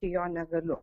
jo negaliu